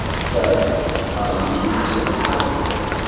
but um the actual atoms that.